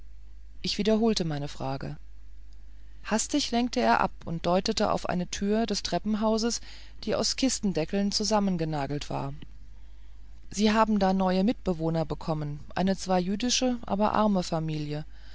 ich wiederholte meine frage hastig lenkte er ab und deutete auf eine tür des treppenhauses die aus kistendeckeln zusammengenagelt war sie haben da neue mitbewohner bekommen eine zwar jüdische aber arme familie